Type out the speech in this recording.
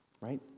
right